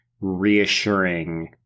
reassuring